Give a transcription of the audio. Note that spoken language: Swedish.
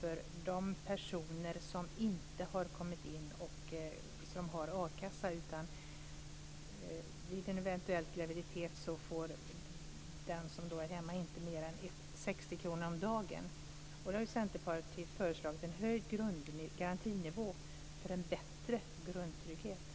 för de personer som inte har kommit in i systemen och har a-kassa. Vid en eventuell graviditet får den som är hemma inte mer än 60 kr om dagen. Nu har ju Centerpartiet föreslagit en höjd garantinivå för en bättre grundtrygghet.